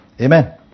Amen